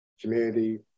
community